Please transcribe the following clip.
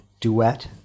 Duet